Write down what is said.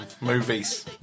Movies